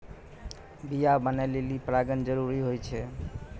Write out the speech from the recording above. बीया बनै लेलि परागण जरूरी होय छै